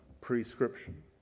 prescription